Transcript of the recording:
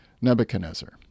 Nebuchadnezzar